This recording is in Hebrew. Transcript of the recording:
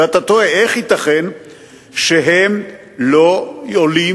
ואתה תוהה: איך ייתכן שהם לא עולים